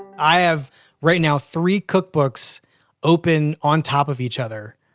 i have right now three cookbooks open on top of each other,